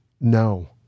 No